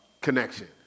connection